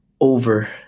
over